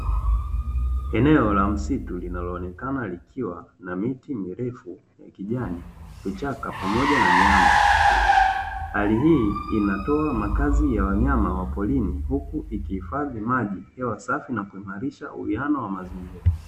Eneo la msitu linaloonekana likiwa na miti mirefu ya kijani vichaka pamoja na miamba. Hali hii inatoa makazi ya wanyama wa porini huku ikihifadhi maji, hewa safi na kuhimarisha uwiano wa mazingira.